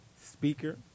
speaker